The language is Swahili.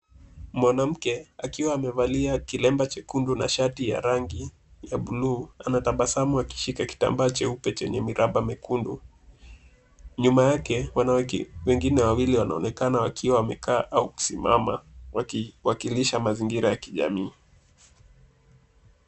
Mwanamke akiwa amevalia kilemba chekundu na shati ya rangi ya bluu anatabasamu akishika kitambaa cheupe chenye miraba miekundu. Nyuma yake wanawake wengine wawili wanaonekana wakiwa wamekaa au kusimama wakilisha mazingira ya kijamii.